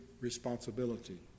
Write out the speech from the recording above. responsibility